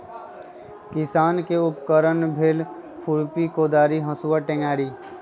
किसान के उपकरण भेल खुरपि कोदारी हसुआ टेंग़ारि